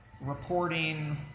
reporting